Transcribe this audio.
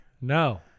No